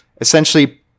Essentially